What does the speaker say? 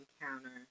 encounter